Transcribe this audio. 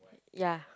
ya